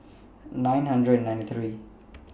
nine hundred and ninety three